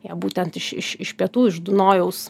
jie būtent iš iš iš pietų iš dunojaus